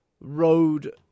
road